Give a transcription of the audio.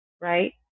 right